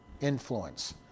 influence